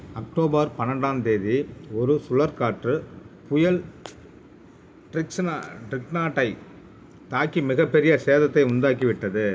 October பன்னெண்டாந்தேதி ஒரு சுழற்காற்றுப் புயல் ட்ரிக்ஸ்னா ட்ரிக்னாடைத் தாக்கி மிகப்பெரிய சேதத்தை உண்டாக்கி விட்டது